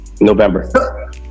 November